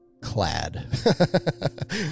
clad